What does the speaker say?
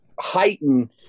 heighten